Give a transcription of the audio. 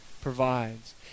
provides